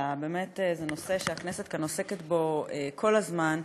אלא באמת זה נושא שהכנסת כאן עוסקת בו כל הזמן.